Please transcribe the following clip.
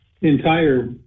entire